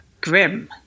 Grim